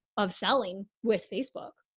of selling with facebook.